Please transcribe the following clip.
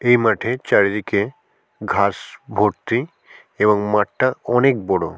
এই মাঠে চারিদিকে ঘাস ভর্তি এবং মাঠটা অনেক বড়